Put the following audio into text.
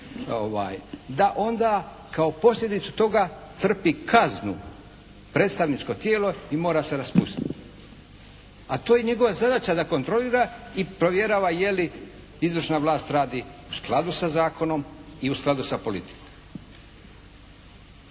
da onda kao posljedicu toga trpi kaznu predstavničko tijelo i mora se raspustiti. A to je njegova zadaća da kontrolira i provjerava je li izvršna vlast radi u skladu sa zakonom i u skladu sa politikom.